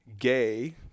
Gay